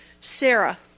Sarah